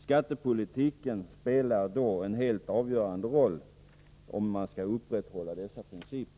Skattepolitiken spelar en helt avgörande roll då det gäller att upprätthålla dessa principer.